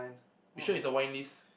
you sure it's a wine list